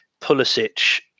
Pulisic